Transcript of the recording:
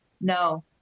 no